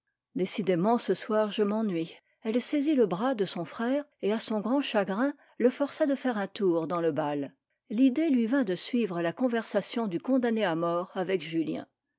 décidément ce soir je m'ennuie elle saisit le bras de son frère et à son grand chagrin le força de faire un tour dans le bal l'idée lui vint de suivre la conversation